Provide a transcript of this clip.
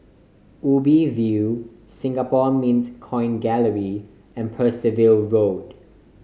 Ubi View Singapore Mint Coin Gallery and Percival Road